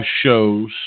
shows